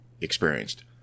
experienced